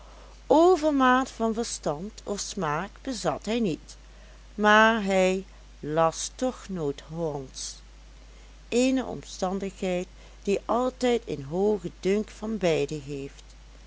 overmaat van verstand of smaak bezat hij niet maar hij las toch nooit hollandsch eene omstandigheid die altijd een hoogen dunk van beide geeft